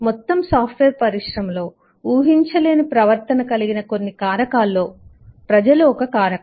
మొత్తం సాఫ్ట్వేర్ పరిశ్రమలో ఊహించలేని ప్రవర్తన కలిగిన కొన్ని కారకాల్లో ప్రజలు ఒక కారకం